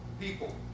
people